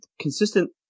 consistent